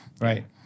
right